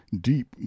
deep